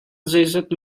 zeizat